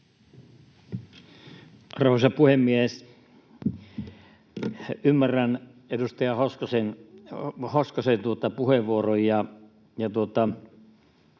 Arvoisa puhemies! Ymmärrän edustaja Hoskosen puheenvuoroja.